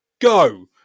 go